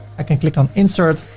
i can click on insert.